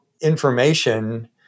information